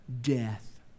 death